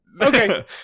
Okay